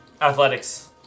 athletics